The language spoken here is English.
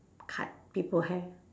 cut people hair